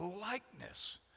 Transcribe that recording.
likeness